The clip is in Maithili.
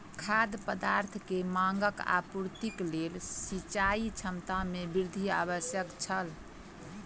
खाद्य पदार्थ के मांगक आपूर्तिक लेल सिचाई क्षमता में वृद्धि आवश्यक छल